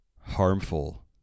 harmful